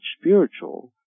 spiritual